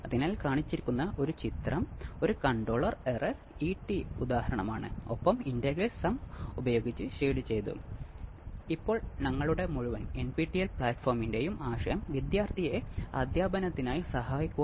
അതിനാൽ RC phase shift മൂന്ന് RC നൂറ്റി എൺപത് ഡിഗ്രി നൽകും